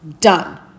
done